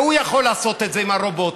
הוא יכול לעשות את זה עם הרובוטים,